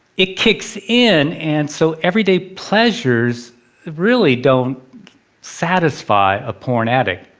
it kicks in, and so everyday pleasures really don't satisfy a porn addict.